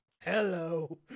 Hello